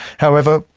however,